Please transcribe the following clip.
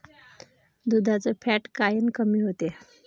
दुधाचं फॅट कायनं कमी होते?